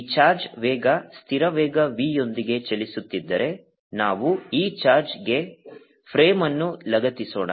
ಈ ಚಾರ್ಜ್ ವೇಗ ಸ್ಥಿರ ವೇಗ v ಯೊಂದಿಗೆ ಚಲಿಸುತ್ತಿದ್ದರೆ ನಾವು ಈ ಚಾರ್ಜ್ಗೆ ಫ್ರೇಮ್ ಅನ್ನು ಲಗತ್ತಿಸೋಣ